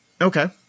Okay